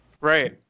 right